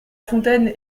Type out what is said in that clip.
fontaine